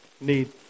need